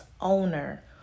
owner